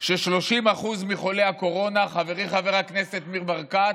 ש-30% מחולי הקורונה, חברי חבר הכנסת ניר ברקת,